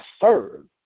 serve